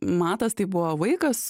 matas tai buvo vaikas